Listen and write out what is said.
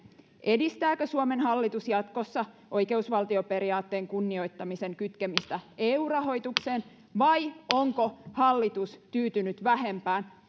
edistääkö suomen hallitus jatkossa oikeusvaltioperiaatteen kunnioittamisen kytkemistä eu rahoitukseen vai onko hallitus tyytynyt vähempään